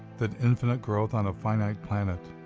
that infinite growth on a finite planet